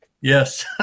Yes